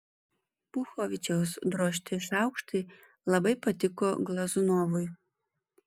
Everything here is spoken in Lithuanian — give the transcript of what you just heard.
puchovičiaus drožti šaukštai labai patiko glazunovui